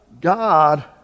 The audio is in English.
God